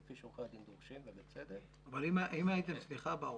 כפי שעורכי הדין דורשים ובצדק --- סליחה ברוך,